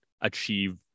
achieve